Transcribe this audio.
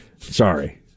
Sorry